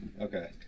Okay